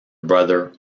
brother